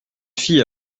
fille